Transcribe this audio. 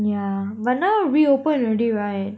yeah but now re-open already right